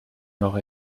nord